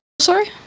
Sorry